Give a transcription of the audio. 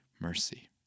mercy